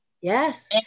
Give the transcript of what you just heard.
Yes